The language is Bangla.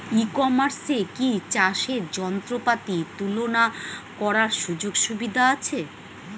ই কমার্সে কি চাষের যন্ত্রপাতি তুলনা করার সুযোগ সুবিধা আছে?